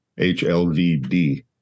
HLVd